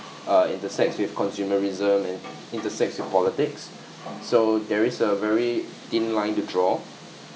uh intersects with consumerism and intersects with politics so there is a very thin line to draw